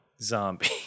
zombie